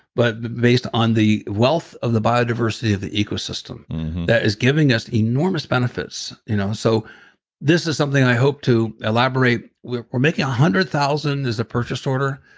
but based on the wealth of the biodiversity of the ecosystem that is giving us enormous benefits. you know so this is something i hope to elaborate we're we're making one hundred thousand, there's a purchased order.